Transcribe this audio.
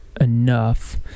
enough